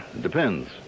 depends